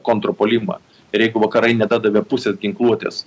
kontrpuolimą ir jeigu vakarai nedadavė pusės ginkluotės